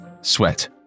Sweat